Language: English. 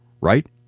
right